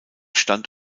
stand